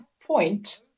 point